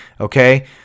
Okay